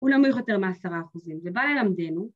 ‫הוא נמוך יותר מעשרה אחוזים. ‫זה בא ללמדנו.